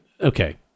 okay